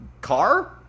car